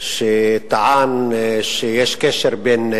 שטען שיש קשר בין,